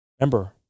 Remember